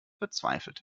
bezweifelt